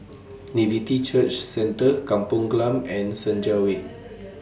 Nativity Church Centre Kampong Glam and Senja Way